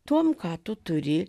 tuom ką tu turi